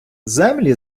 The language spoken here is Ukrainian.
землі